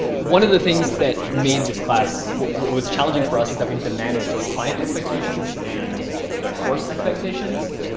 one of the things that made this class what was challenging for us is that we had to manage both client expectations and the course expectations.